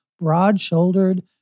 broad-shouldered